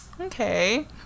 okay